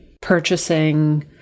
purchasing